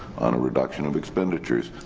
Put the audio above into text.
on a reduction of expenditures,